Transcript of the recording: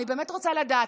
אני באמת רוצה לדעת.